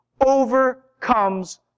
overcomes